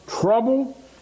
trouble